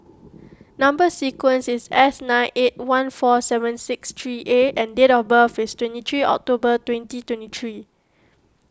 Number Sequence is S nine eight one four seven six three A and date of birth is twenty three October twenty twenty three